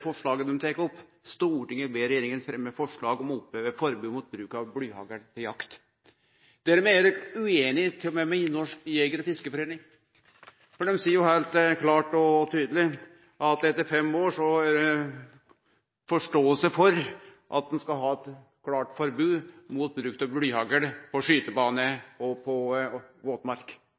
forslaget dei har teke opp: «Stortinget ber regjeringen fremme forslag om å oppheve forbud mot bruk av blyhagl til jakt.» Dermed er dei uenige med til og med Norges Jeger- og Fiskerforbund, for dei seier heilt klart og tydeleg at etter fem år er det forståing for at ein skal ha eit klart forbod mot bruk av blyhagl på skytebane og på våtmark.